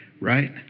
right